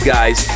Guys